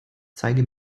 zeige